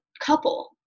couple